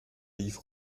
lief